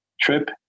trip